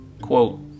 quote